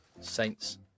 Saints